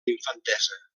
infantesa